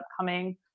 upcoming